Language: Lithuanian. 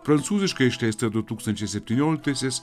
prancūziškai išleista du tūkstančiai septynioliktaisiais